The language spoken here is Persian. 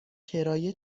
کرایه